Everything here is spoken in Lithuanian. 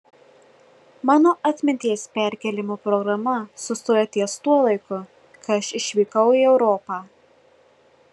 mano atminties perkėlimo programa sustoja ties tuo laiku kai aš išvykau į europą